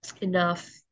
enough